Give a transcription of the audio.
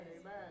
Amen